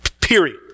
Period